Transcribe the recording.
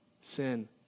sin